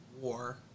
war